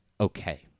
okay